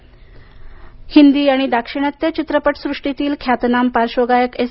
बालसब्रमण्यम हिंदी आणि दाक्षिणात्य चित्रपट सृष्टीतील ख्यातनाम पार्श्वगायक एस